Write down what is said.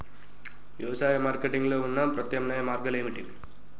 వ్యవసాయ మార్కెటింగ్ లో ఉన్న ప్రత్యామ్నాయ మార్గాలు ఏమిటి?